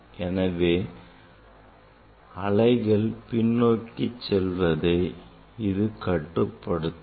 எனவே இது அலைகள் பின்னோக்கி செல்வதை கட்டுப்படுத்தும்